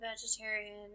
vegetarian